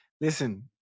Listen